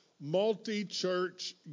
multi-church